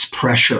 pressure